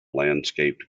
landscaped